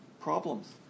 problems